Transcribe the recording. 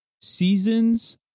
seasons